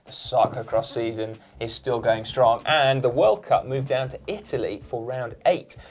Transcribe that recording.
soccer cross is and is still going strong and the world cup moved down to italy for round eight.